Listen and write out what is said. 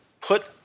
put